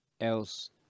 else